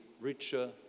richer